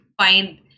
find